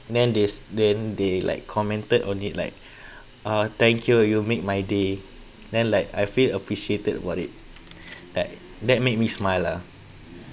then there's then they like commented on it like ah thank you you make my day then like I feel appreciated about it that that make me smile lah